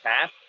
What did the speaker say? half